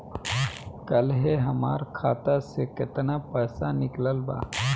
काल्हे हमार खाता से केतना पैसा निकलल बा?